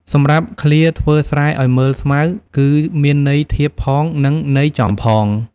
សម្រាបឃ្លា ធ្វើស្រែឲ្យមើលស្មៅ គឺមានន័យធៀបផង និងន័យចំផង។